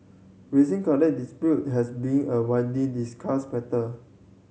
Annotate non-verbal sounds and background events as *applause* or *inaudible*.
rising college *unintelligible* has been a widely discussed matter